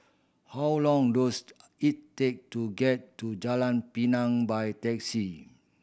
how long does it take to get to Jalan Pinang by taxi